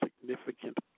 significant